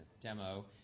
demo